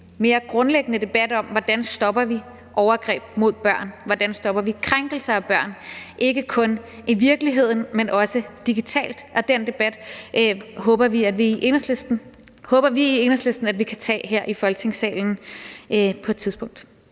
mere grundlæggende debat om, hvordan vi stopper overgreb mod børn, hvordan vi stopper krænkelser af børn, ikke kun i virkeligheden, men også digitalt. Den debat håber vi i Enhedslisten at vi kan tage her i Folketingssalen på et tidspunkt.